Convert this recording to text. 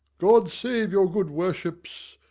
god save your good worships!